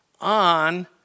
on